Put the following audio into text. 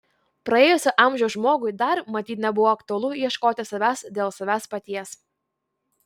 praėjusio amžiaus žmogui dar matyt nebuvo aktualu ieškoti savęs dėl savęs paties